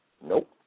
Nope